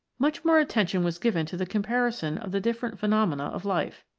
much more attention was given to the comparison of the different phenomena of life.